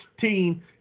team